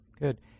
Good